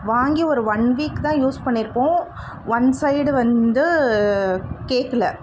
வாங்கி ஒரு one week தான் யூஸ் பண்ணியிருப்போம் ஒன் சைடு வந்து கேக்கல